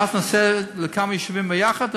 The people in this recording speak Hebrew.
ואף נעשה לכמה יישובים ביחד.